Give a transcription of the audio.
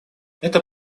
это